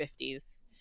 50s